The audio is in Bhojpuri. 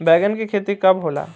बैंगन के खेती कब होला?